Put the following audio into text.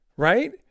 right